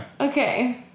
Okay